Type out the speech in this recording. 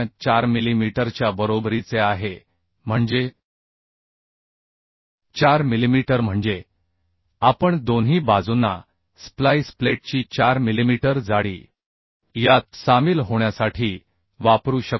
04 मिलीमीटरच्या बरोबरीचे आहे म्हणजे 4 मिलिमीटर म्हणजे आपण दोन्ही बाजूंना स्प्लाइस प्लेटची 4 मिलिमीटर जाडी यात सामील होण्यासाठी वापरू शकतो